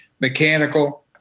mechanical